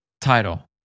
title